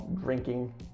drinking